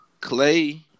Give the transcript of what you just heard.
Clay